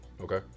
Okay